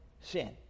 sin